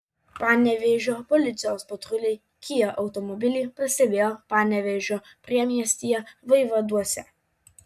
panevėžio policijos patruliai kia automobilį pastebėjo panevėžio priemiestyje vaivaduose